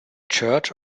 church